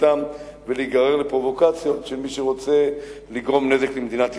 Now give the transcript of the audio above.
אתם ולהיגרר לפרובוקציות של מי שרוצה לגרום נזק למדינת ישראל.